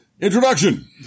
Introduction